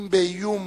אם באיום